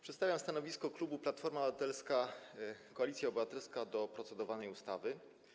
Przedstawiam stanowisko klubu Platforma Obywatelska - Koalicja Obywatelska wobec procedowanej ustawy.